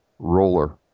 roller